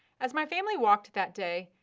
as my family walked that day,